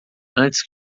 antes